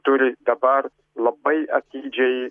turi dabar labai atidžiai